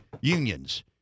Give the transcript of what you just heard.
unions